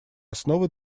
основы